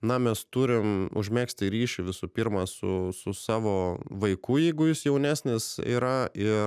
na mes turim užmegzti ryšį visų pirma su savo vaiku jeigu jis jaunesnis yra ir